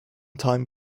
time